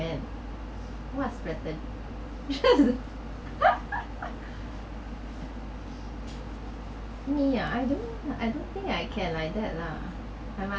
~mend what strategies me ah I don't I don't think I can like that lah my